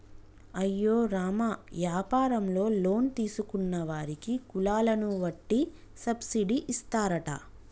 అయ్యో రామ యాపారంలో లోన్ తీసుకున్న వారికి కులాలను వట్టి సబ్బిడి ఇస్తారట